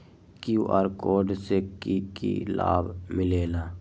QR code से कि कि लाव मिलेला?